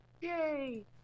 yay